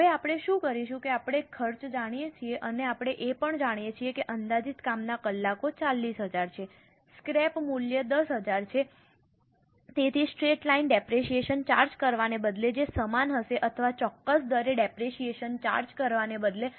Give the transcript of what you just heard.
હવે આપણે શું કરીશું કે આપણે ખર્ચ જાણીએ છીએ અને આપણે એ પણ જાણીએ છીએ કે અંદાજિત કામના કલાકો 40000 છે સ્ક્રેપ મૂલ્ય 10000 છે તેથી સ્ટ્રેટ લાઇન ડેપરેશીયેશન ચાર્જ કરવાને બદલે જે સમાન હશે અથવા ચોક્કસ દરે ડેપરેશીયેશન ચાર્જ કરવાને બદલે